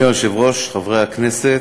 אדוני היושב-ראש, חברי הכנסת,